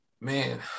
Man